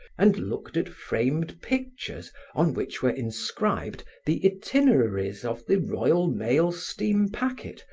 and looked at framed pictures on which were inscribed the itineraries of the royal mail steam packet,